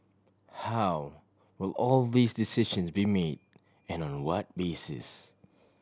how will all these decision be made and on on what basis